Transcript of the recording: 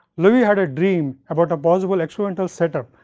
loewi had a dream about a possible experimental set up,